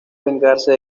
vengarse